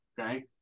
okay